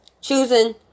choosing